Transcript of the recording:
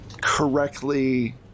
correctly